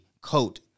coat